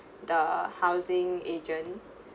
the housing agent